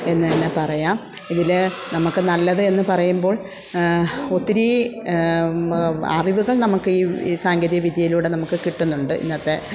എന്ന് തന്നെ പറയാം ഇതിൽ നമുക്ക് നല്ലത് എന്ന് പറയുമ്പോൾ ഒത്തിരി അറിവുകൾ നമുക്ക് ഈ ഈ സാങ്കേതിക വിദ്യയിലൂടെ നമുക്ക് കിട്ടുന്നുണ്ട് ഇന്നത്തെ